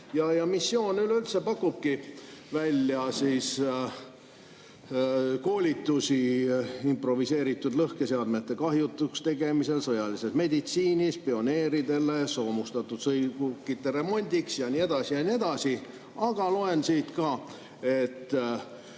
missioon pakub välja koolitusi improviseeritud lõhkeseadmete kahjutuks tegemisel, sõjalises meditsiinis, pioneeridele, soomustatud sõidukite remondiks ja nii edasi ja nii edasi. Aga loen siit ka, et